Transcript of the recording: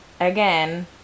again